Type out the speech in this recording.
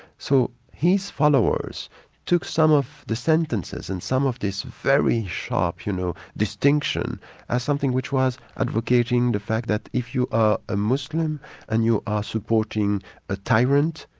so his followers took some of the sentences and some of this very sharp you know distinction as something which was advocating the fact that if you are a muslim and you are supporting a tyrant,